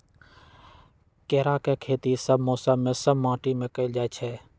केराके खेती सभ मौसम में सभ माटि में कएल जाइ छै